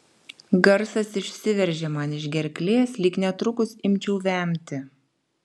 garsas išsiveržė man iš gerklės lyg netrukus imčiau vemti